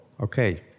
okay